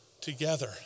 together